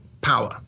power